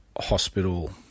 hospital